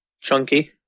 Chunky